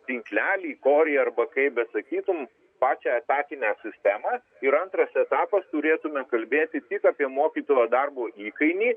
tinklelį korį arba kaip besakytum pačią etatinę sistemą ir antras etapas turėtume kalbėti tik apie mokytojo darbo įkainį